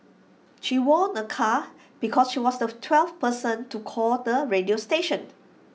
she won A car because she was the twelfth person to call the radio station